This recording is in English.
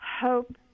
Hope